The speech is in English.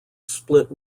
split